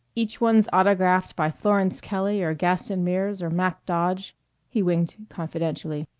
each one's autographed by florence kelley or gaston mears or mack dodge he winked confidentially.